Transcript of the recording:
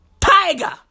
Tiger